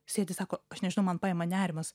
sėdi sako aš nežinau man paima nerimas